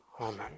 Amen